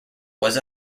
was